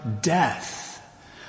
death